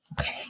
okay